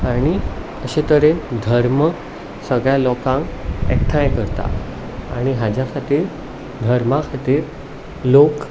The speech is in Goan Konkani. आनी अशे तरेन धर्म सगळ्या लोकांक एकठांय करता आनी हाज्या खातीर धर्मा खातीर लोक